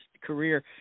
career